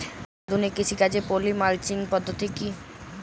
আধুনিক কৃষিকাজে poly mulching পদ্ধতি কি?